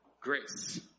grace